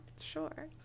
Sure